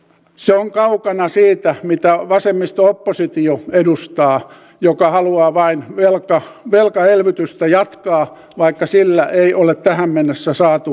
se on kaukana siitä mitä vasemmisto oppositio edustaa joka haluaa vain velkaelvytystä jatkaa vaikka sillä ei ole tähän mennessä saatu tulosta aikaan